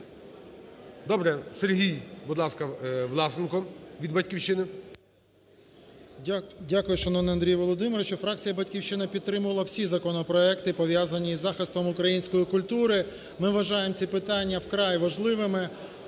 Добре. Сергій, будь ласка, Власенко від "Батьківщини". 11:45:53 ВЛАСЕНКО С.В. Дякую, шановний Андрію Володимировичу. Фракція "Батьківщина" підтримувала всі законопроекти, пов'язані із захистом української культури. Ми вважаємо ці питання вкрай важливими